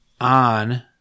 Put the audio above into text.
on